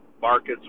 markets